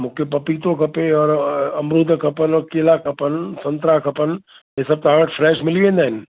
मूंखे पपीतो खपे और अमरूद खपनि केला खपनि संतरा खपनि ह़ीअ सभु तव्हां वटि फ़्रैश मिली वेंदा आहिनि